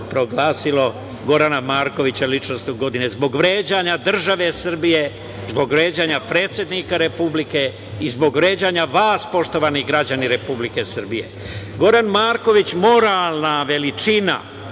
proglasilo Gorana Marković za ličnost godine zbog vređanja države Srbije, zbog vređanja predsednika Republike i zbog vređanja vas, poštovani građani Republike Srbije. Goran Marković, moralna veličina,